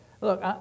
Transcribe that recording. look